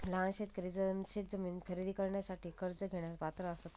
लहान शेतकरी शेतजमीन खरेदी करुच्यासाठी कर्ज घेण्यास पात्र असात काय?